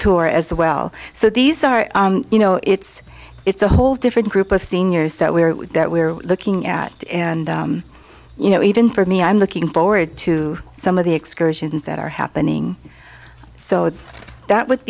tour as well so these are you know it's it's a whole different group of seniors that we're that we're looking at and you know even for me i'm looking forward to some of the excursions that are happening so that would